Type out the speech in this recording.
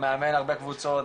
מאמן הרבה קבוצות,